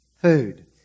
Food